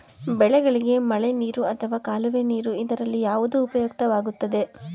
ಬೆಳೆಗಳಿಗೆ ಮಳೆನೀರು ಅಥವಾ ಕಾಲುವೆ ನೀರು ಇದರಲ್ಲಿ ಯಾವುದು ಉಪಯುಕ್ತವಾಗುತ್ತದೆ?